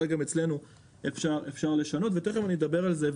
אולי גם אצלנו אפשר לשנות, ותיכף אני אדבר על זה.